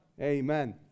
Amen